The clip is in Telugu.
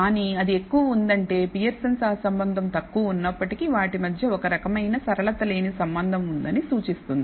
కానీ అది ఎక్కువ ఉందంటే పియర్సన్ సహసంబంధం తక్కువ ఉన్నప్పటికీ వాటి మధ్య ఒక రకమైన సరళత లేని సంబంధం ఉందని సూచిస్తుంది